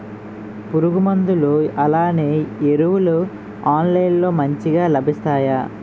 పురుగు మందులు అలానే ఎరువులు ఆన్లైన్ లో మంచిగా లభిస్తాయ?